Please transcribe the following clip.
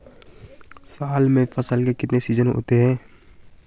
साल में फसल के कितने सीजन होते हैं?